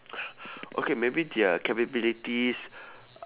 okay maybe their capabilities